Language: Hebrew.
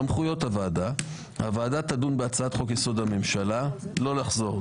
סמכויות הוועדה: הוועדה תדון בהצעת חוק-יסוד: הממשלה לא אחזור,